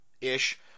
ish